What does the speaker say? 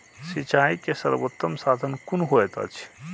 सिंचाई के सर्वोत्तम साधन कुन होएत अछि?